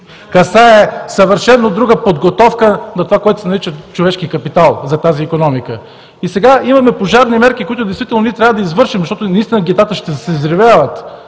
касае съвършено друга подготовка на това, което се нарича „човешки капитал“ за тази икономика. И сега имаме пожарни мерки, които ние действително трябва да извършим, защото наистина гетата ще се взривяват,